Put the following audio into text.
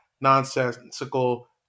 nonsensical